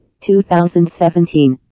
2017